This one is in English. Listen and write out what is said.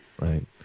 right